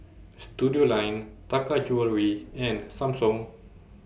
Studioline Taka Jewelry and Samsung